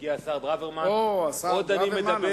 הנה הצטרף אלינו השר ברוורמן, עוד אני מדבר,